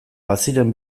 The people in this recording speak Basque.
baziren